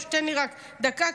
תן לי רק דקה,